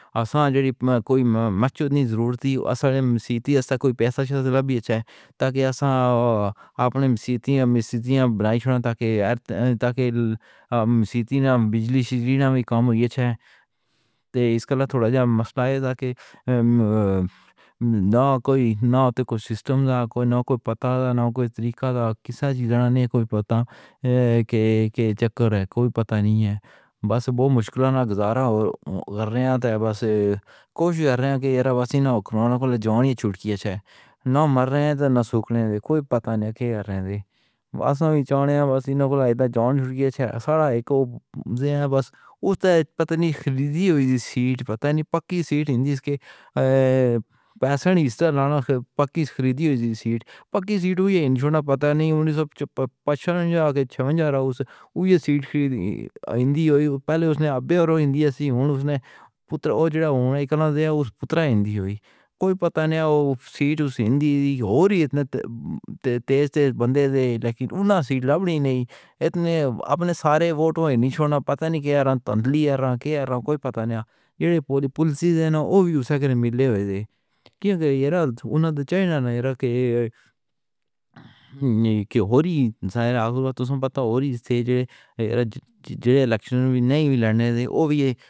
ہَساں جُڑی کوئی زَرُورَت تھی اُسّے والے سِیٹاں ایسا کوئی پیسا لاگھ ہے تَاں کہ ہَساں اپنے سِیٹاں سِیٹاں بَنائی تَاں کہ اَوَر تَاں کہ سِیٹاں نہ بجلی شری رینا میں کَم ہوئے۔ اِس کَل تُھوڑا سا مَسلا ہے کہ نہ کوئی نہ کوئی سِسٹم کوئی، نہ کوئی پَتہ دا نہ کوئی طَرِیقہ دا کِسان جِلسہ نہیں، کوئی پَتہ دے چَکَر ہے، کوئی پَتہ نہیں ہے۔ بَس بُہَت مُشکِلاں نہ گُزارا اَوَر رِیا ہے۔ بَس کوشِش کَر رہے ہاں کہ جاں نہ چُھوٹ کے چھَہ نہ مَرے ہاں تَاں نہ سَوکھ لینگے۔ کوئی پَتہ نہیں کہ اَڑے واسطے بھی چاہِیے بَس اِنّھاں جاں چاہِیے سارا اک بَس اُس تَک پَتہ نہیں۔ خَرِیدی ہُوئی تھی۔ پَتہ نہیں پَکی سِیٹ ہِندُستانی پَیشَینٹ پَکّی خَرِیدی ہُوئی تھی۔ پَکّی سِیٹ ہوئی ہِنڈوَاڑا پَتہ نہیں اُنّیس سَو پچپَن یا چھِیانویں راؤنڈ۔ اُسّے اُویرا سِیٹ خَرِیدی ہِندی ہوئی پہلے اُسّے اَبّے اَوَر ہِندی اُسّی کو اُسّے پُتر اوجوݨا اُس پُترا ہِندی ہوئی کوئی پَتہ نہ اُسّے سِیٹ اُس ہِندی دی ہوری تیز تیز بَندے دے۔ لیکِن اُنّاں سِیٹ لاوَݨی نہیں اِتنے اپنے سارے ووٹاں نے چھوڑنا پَتہ نہیں کیا طَنطری کیا کوئی پَتہ نہیں ایہ پولِیسِس ہے نہ وِیوس کَر مِلے ہوئے کیوں کہ اُنت چینی نِراکار۔ کہ ہوری ساے رات کو بَتاؤ ہوری تھے اِلیکشن نہ لڑنے دے۔ اَوے! اِیہ۔